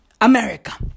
America